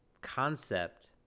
concept